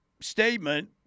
statement